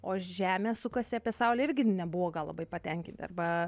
o žemė sukasi apie saulę irgi nebuvo gal labai patenkinti arba